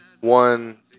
one